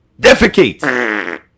defecate